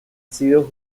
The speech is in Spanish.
sido